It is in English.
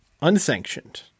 Unsanctioned